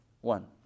One